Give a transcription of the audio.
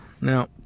now